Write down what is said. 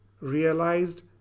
realized